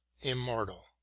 immortal